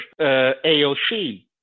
AOC